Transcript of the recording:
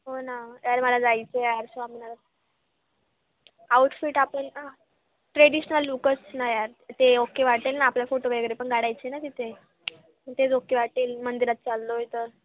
हो ना यार मला जायचं आहे यार स्वामी नारा आऊटफिट आपण ना ट्रेडिशनल लुकच ना यार ते ओके वाटेल ना आपला फोटो वगैरे पण काढायचे ना तिथे तेच ओके वाटेल मंदिरात चाललो आहे तर